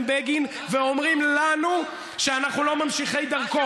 בגין ואומרים לנו שאנחנו לא ממשיכי דרכו,